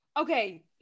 Okay